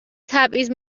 تبعیض